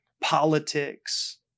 politics